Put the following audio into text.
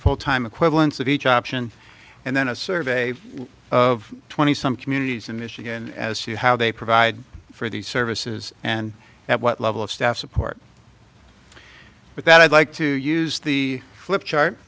full time equivalents of each option and then a survey of twenty some communities in michigan as see how they provide for these services and at what level of staff support but that i'd like to use the flip chart